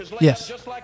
Yes